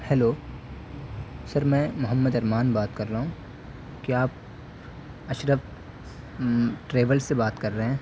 hello sir میں محمد ارمان بات کر رہا ہوں کیا آپ اشرف ٹریول سے بات کر رہے ہیں